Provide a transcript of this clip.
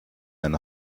einen